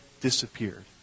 disappeared